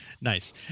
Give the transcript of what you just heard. nice